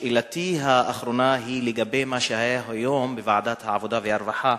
שאלתי האחרונה היא לגבי מה שעלה היום בוועדת העבודה והרווחה,